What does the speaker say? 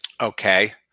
Okay